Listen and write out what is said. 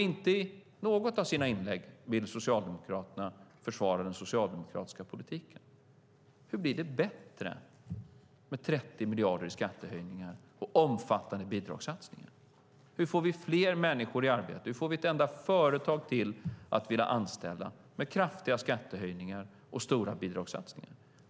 Inte i något av sina inlägg vill socialdemokraterna försvara den socialdemokratiska politiken. Hur blir det bättre med 30 miljarder i skattehöjningar och omfattande bidragssatsningar? Hur får vi fler människor i arbete och ett enda företag till att vilja anställa med kraftiga skattehöjningar och stora bidragssatsningar?